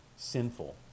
sinful